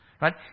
right